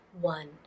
one